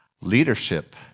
leadership